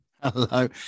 hello